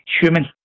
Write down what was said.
human